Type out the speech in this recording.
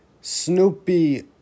Snoopy